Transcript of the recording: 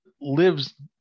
lives